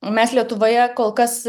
mes lietuvoje kol kas